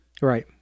Right